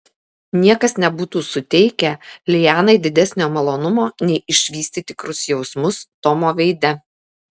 niekas nebūtų suteikę lianai didesnio malonumo nei išvysti tikrus jausmus tomo veide